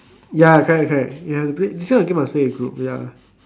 ya correct correct you have to play~ this kind of game must play in group ya